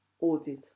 Audit